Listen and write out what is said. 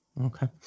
Okay